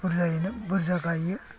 बुरजायैनो बुरजा गायो